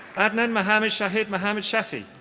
adnan mohammad shahid mohammad shafi.